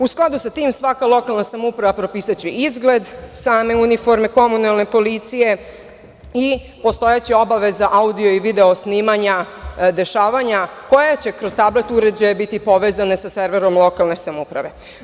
U skladu sa tim, svaka lokalna samouprava propisaće izgled same uniforme komunalne policije i postojaće obaveze audio i video snimanja, dešavanja koja će kroz tablet uređaje biti povezana sa serverom lokalne samouprave.